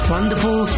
Wonderful